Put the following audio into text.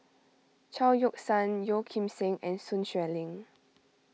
Chao Yoke San Yeo Kim Seng and Sun Xueling